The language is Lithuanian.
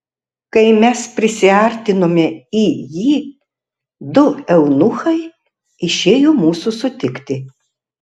kai mes prisiartinome į jį du eunuchai išėjo mūsų sutikti